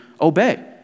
obey